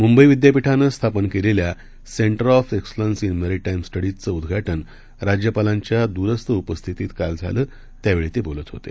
मुंबईविद्यापीठानंस्थापनकेलेल्या centre of excellence जिमरीटाईमस्टडीज चंउद्घाटनराज्यपालांच्यादूरस्थउपस्थितीतकाल झालं त्यावेळीतेबोलतहोते